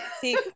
see